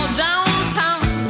downtown